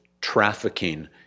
trafficking